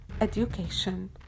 education